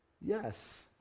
Yes